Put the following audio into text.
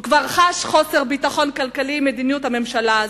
הוא כבר חש חוסר ביטחון כלכלי עם מדיניות הממשלה הזאת.